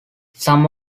some